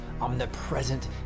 omnipresent